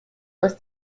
aus